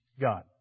God